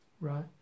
right